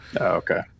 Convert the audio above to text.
okay